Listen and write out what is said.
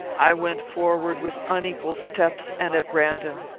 i went forward with unequal steps, and at random.